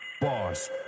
boss